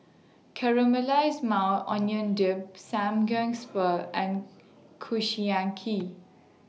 Caramelized Maui Onion Dip and Kushiyaki